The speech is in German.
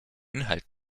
inhalt